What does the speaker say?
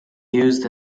used